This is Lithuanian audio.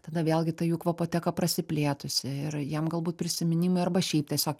tada vėlgi ta jų kvapoteka prasiplėtusi ir jiem galbūt prisiminimai arba šiaip tiesiog